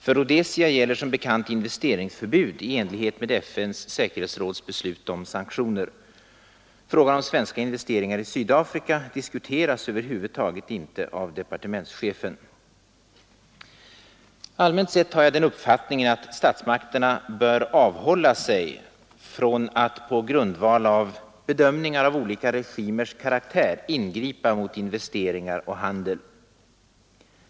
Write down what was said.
För Rhodesia gäller som bekant investeringsförbud i enlighet med FN:s säkerhetsråds beslut om sanktioner. Frågan om svenska investeringar i Sydafrika diskuteras över huvud taget inte av departementschefen. Allmänt sett har jag den uppfattningen att statsmakterna bör avhålla sig från att på grundval av bedömningar av olika regimers karaktär ingripa mot investeringar och handel.